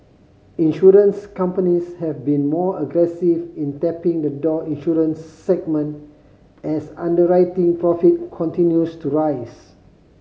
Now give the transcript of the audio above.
insurance companies have been more aggressive in tapping the door insurance segment as underwriting profit continues to rise